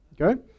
okay